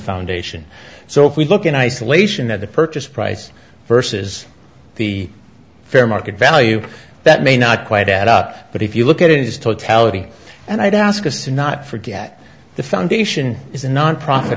foundation so if we look in isolation that the purchase price versus the fair market value that may not quite add up but if you look at it as totality and i'd ask us to not forget the foundation is a nonprofit